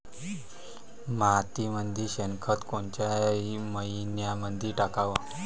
मातीमंदी शेणखत कोनच्या मइन्यामंधी टाकाव?